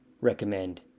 recommend